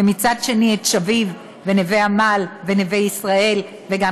ומצד שני את שביט ונווה עמל ונווה ישראל וגן